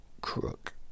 Crook